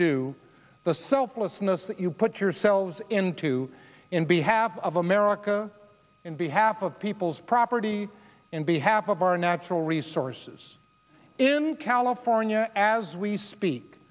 do the selflessness that you put yourselves in to in behalf of america in behalf of people's property in behalf of our natural resources in california as we speak